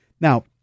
now